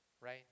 right